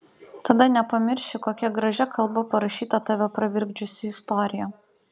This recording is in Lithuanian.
tada nepamirši kokia gražia kalba parašyta tave pravirkdžiusi istorija